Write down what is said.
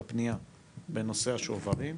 את הפנייה בנושא השוברים,